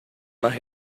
más